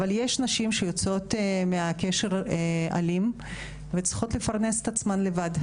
אבל יש נשים שיוצאות מהקשר האלים וצריכות לפרנס את עצמן לבד,